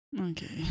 Okay